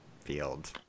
field